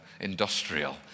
industrial